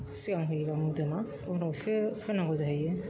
सिगां होयोब्ला मोजांमोन उनावसो होनांगौ जाहैयो